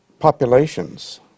populations